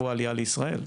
הוא עלייה לישראל,